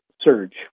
surge